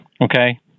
Okay